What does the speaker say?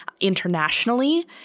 internationally